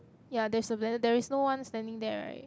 ya there's a ble~ there is no one standing there right